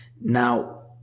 Now